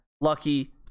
Lucky